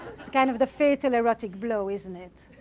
it's kind of the fatal erotic blow, isn't it?